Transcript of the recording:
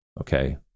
okay